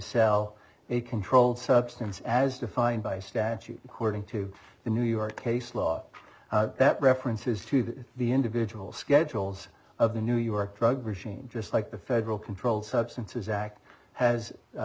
sell a controlled substance as defined by statute cording to the new york case law that references to the individual schedules of the new york drug regime just like the federal controlled substances act has